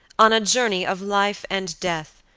on a journey of life and death,